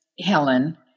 Helen